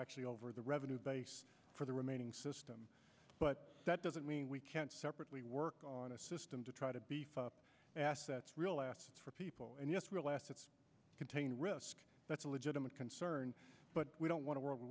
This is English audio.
actually over the revenue base for the remaining system but that doesn't mean we can't separately work on a system to try to beef up assets real assets for people and yes real assets contain risk that's a legitimate concern but we don't want to w